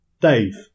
Dave